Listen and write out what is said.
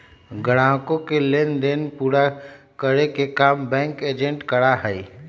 ग्राहकों के लेन देन पूरा करे के काम बैंक एजेंट करा हई